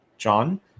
john